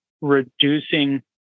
reducing